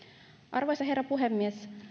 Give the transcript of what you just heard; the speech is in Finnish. arvoisa herra puhemies